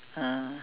uh